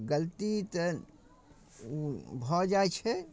गलती तऽ ओ भऽ जाइ छै